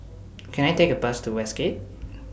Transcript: Can I Take A Bus to Westgate